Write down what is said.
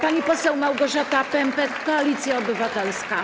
Pani poseł Małgorzata Pępek, Koalicja Obywatelska.